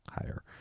higher